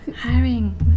Hiring